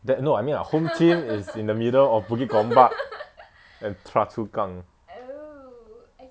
that no I mean like home team is in the middle of bukit gombak and choa chu kang